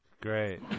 Great